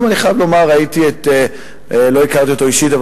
אני חייב לומר שלא הכרתי אותו אישית,